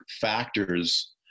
factors